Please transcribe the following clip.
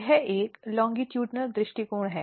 यह एक अनुदैर्ध्य दृष्टिकोण है